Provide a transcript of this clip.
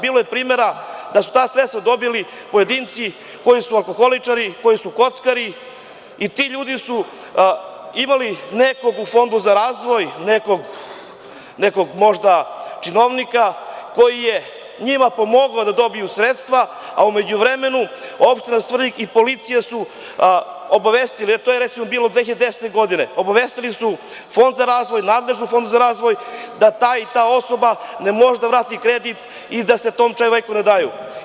Bilo je primera da su ta sredstva dobili pojedinci koji su alkoholičari, kockari i ti ljudi su imali nekog u Fondu za razvoj, nekog možda činovnika, koji je njima pomogao da dobiju sredstva, a u međuvremenu, opština Svrljig i policija su obavestili, to je bilo 2010. godine, Fond za razvoj, nadležne u Fondu za razvoj da ta i ta osoba ne može da vrati kredit i da se tom čoveku ne daju.